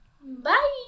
Bye